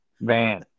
van